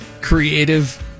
creative